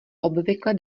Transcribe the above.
obvykle